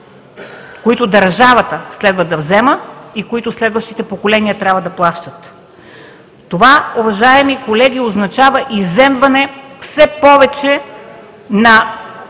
които държавата следва да взема и следващите поколения трябва да плащат. Това, уважаеми колеги, означава изземване все повече на